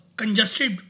congested